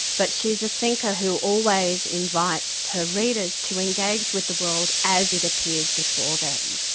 but she's a thinker who always invites her readers to engage with the world as it appears before them.